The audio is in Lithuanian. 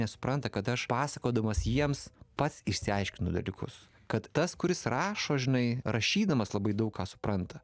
nesupranta kad aš pasakodamas jiems pats išsiaiškinu dalykus kad tas kuris rašo žinai rašydamas labai daug ką supranta